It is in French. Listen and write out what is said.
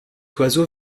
oiseau